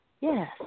Yes